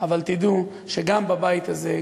אבל תדעו שגם בבית הזה,